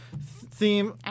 theme